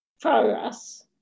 progress